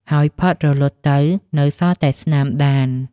ហើយផុតរលត់ទៅ នៅសល់តែស្នាមដាន។